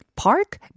Park